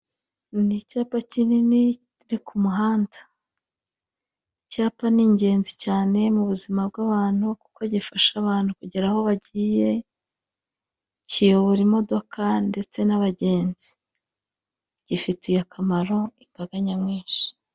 Ni icyapa kinini ki ku muhanda. Icyapa ni ingenzi cyane mu buzima bw'abantu, kuko gifasha abantu kugera aho bagiye kiyobora imodoka ndetse n'abagenzi gifitiye akamaro imbaga nyamwinshi.